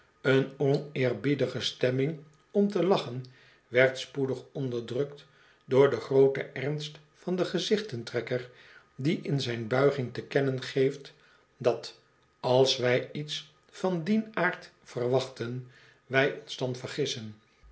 een oneerbiedige stemming om te lachen werd spoedig onderdrukt door den grooten ernst van den gezichten trekker die in zijn buiging te kennen geeft dat als wij iets van dien aard verwachten wij ons dan vergissen